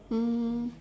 um